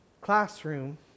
classroom